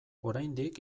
oraindik